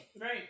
right